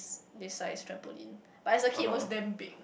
s~ this size trampoline but as a kid it was damn big